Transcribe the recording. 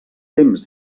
temps